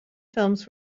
films